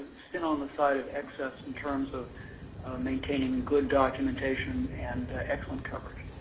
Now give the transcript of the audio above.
sin on the side of excess in terms of maintaining good documentation and excellent coverage.